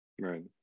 Right